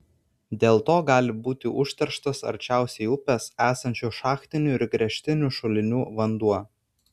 dėl to gali būti užterštas arčiausiai upės esančių šachtinių ir gręžtinių šulinių vanduo